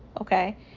okay